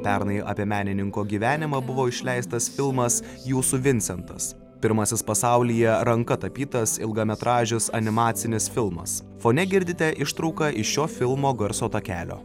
pernai apie menininko gyvenimą buvo išleistas filmas jūsų vincentas pirmasis pasaulyje ranka tapytas ilgametražis animacinis filmas fone girdite ištrauką iš šio filmo garso takelio